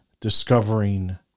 discovering